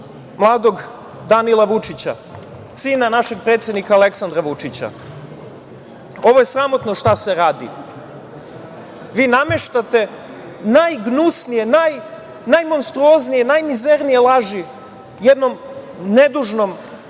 mladog Danila Vučića, sina našeg predsednika Aleksandra Vučića. Ovo je sramotno šta se radi. Vi nameštate najgnusnije, najmonstruoznije, najmizernije laži jednom nedužnom